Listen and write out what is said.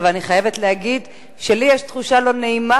אבל אני חייבת להגיד שלי יש תחושה לא נעימה,